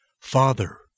Father